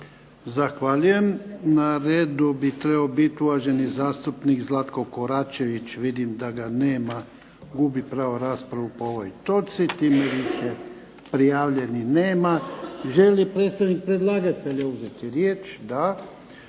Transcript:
Zahvaljujem. Na redu bi trebao biti uvaženi zastupnik Zlatko Koračević. Vidim da ga nema, gubi pravo na raspravu po ovoj točki. Time više prijavljenih nema. Želi li predstavnik predlagatelja uzeti riječ? Da.